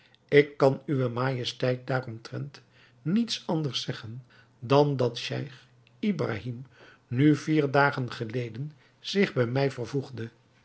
ik kan uwe majesteit daaromtrent niets anders zeggen dan dat scheich ibrahim nu vier dagen geleden zich bij mij vervoegde